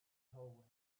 hole